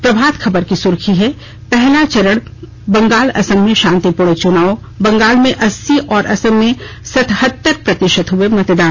प्रभात खबर की सुर्खी है पहला चरण बंगाल असम में शांतिपूर्ण चुनाव बंगाल में अस्सी और असम में सतहत्तर प्रतिशत हुए मतदान